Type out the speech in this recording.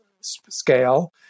scale